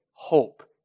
Hope